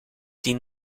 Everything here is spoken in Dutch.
die